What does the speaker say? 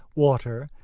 water,